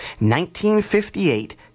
1958